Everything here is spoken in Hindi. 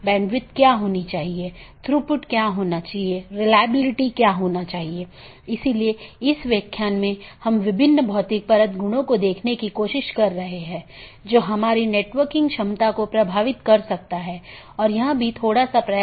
बाहरी गेटवे प्रोटोकॉल जो एक पाथ वेक्टर प्रोटोकॉल का पालन करते हैं और ऑटॉनमस सिस्टमों के बीच में सूचनाओं के आदान प्रदान की अनुमति देता है